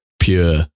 pure